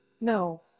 No